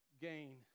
gain